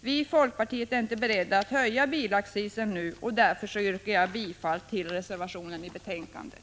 Vi i folkpartiet är inte beredda att höja bilaccisen nu, och därför yrkar jag bifall till reservationen i betänkandet.